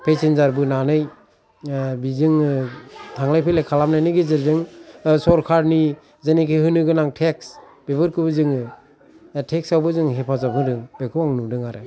फेजेनजार बोनानै बिजोंनो थांलाय फैलाय खालामनायनि गेजेरजों सरखारनि जेनेखि होनो गोनां टेक्स बेफोरखौबो जोङो टेक्सआवबो हेफाजाब होदों बेखौ आं नुदों आरो